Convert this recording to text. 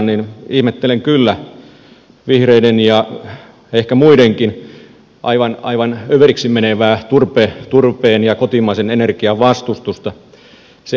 ihmettelen kyllä vihreiden ja ehkä muidenkin aivan överiksi menevää turpeen ja kotimaisen energian vastustusta